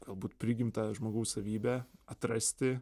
galbūt prigimtą žmogaus savybę atrasti